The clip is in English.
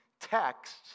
texts